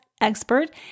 expert